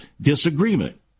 disagreement